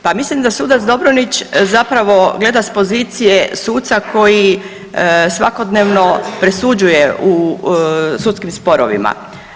Pa mislim da sudac Dobronić zapravo gleda s pozicije suca koji svakodnevno presuđuje u sudskim sporovima.